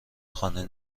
خانه